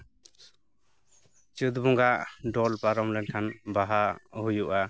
ᱪᱟᱹᱛ ᱵᱚᱸᱜᱟ ᱰᱚᱞ ᱯᱟᱨᱚᱢ ᱞᱮᱠᱷᱟᱱ ᱵᱟᱦᱟ ᱦᱩᱭᱩᱜᱼᱟ